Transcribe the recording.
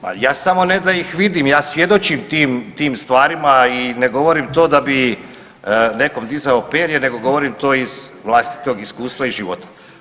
Pa ja samo ne da ih vidim, ja svjedočim tim stvarima i ne govorim to da bih nekome dizao perje, nego govorim to iz vlastitog iskustva, iz života.